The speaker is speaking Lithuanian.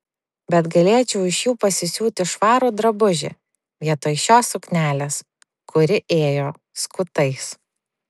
bet galėčiau iš jų pasisiūti švarų drabužį vietoj šios suknelės kuri ėjo skutais